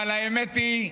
אבל האמת היא,